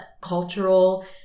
cultural